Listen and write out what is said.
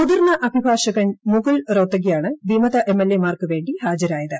മുതിർന്ന അഭിഭാഷകൻ മുകുൾ റോത്തഗിയാണ് വിമത എംഎൽഎമാർക്ക് വേണ്ടി ഹാജരായത്